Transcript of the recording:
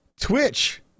Twitch